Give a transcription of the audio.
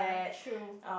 true